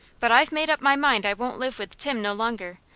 but i've made up my mind i won't live with tim no longer.